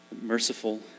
merciful